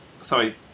Sorry